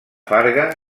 farga